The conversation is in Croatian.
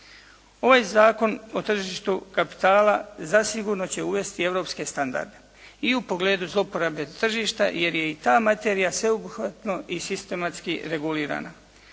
Ovaj zakon o tržištu kapitala zasigurno će uvesti europske standarde i u pogledu zlouporabe tržišta jer je i ta materija sveobuhvatno i sistematski regulirana.